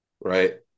right